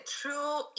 true